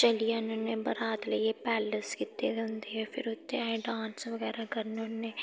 चली जन्ने होन्नें बरात लेइयै पैलेस कीते दे होंदे फिर उत्थै अस डांस बगैरा करने होन्नें